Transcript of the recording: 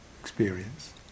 experience